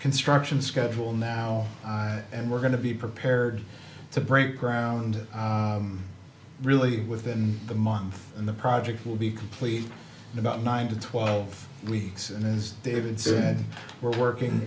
construction schedule now and we're going to be prepared to break ground really within the month and the project will be complete in about nine to twelve weeks and is david said we're working